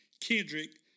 Kendrick